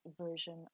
version